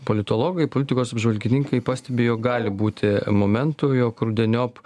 politologai politikos apžvalgininkai pastebi jog gali būti momentų jog rudeniop